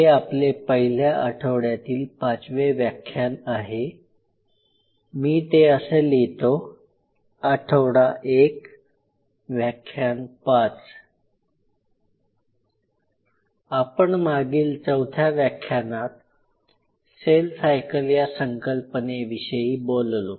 हे आपले पहिल्या आठवड्यातील पाचवे व्याख्यान आहे मी ते असे लिहितो - आठवडा १ व्याख्यान ५ W1L5 आपण मागील चौथ्या व्याख्यानात सेल सायकल या संकल्पनेविषयी बोललो